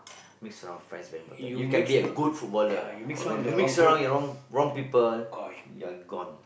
mix around friends very important you can be a good footballer but when you mix around the wrong wrong people you are gone